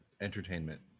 entertainment